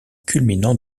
culminant